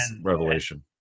revelation